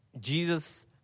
Jesus